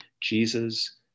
Jesus